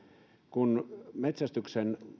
kun metsästyksen